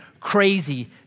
crazy